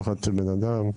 לא חצי בן אדם".